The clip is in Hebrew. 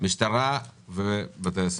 משטרה ובתי הסוהר.